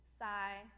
sigh